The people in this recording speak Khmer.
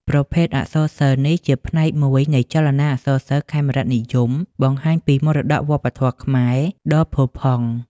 ប្រភេទអក្សរសិល្ប៍នេះជាផ្នែកមួយនៃចលនាអក្សរសិល្ប៍ខេមរនិយម បង្ហាញពីមរតកវប្បធម៌ខ្មែរដ៏ផូរផង់។